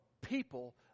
people